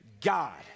God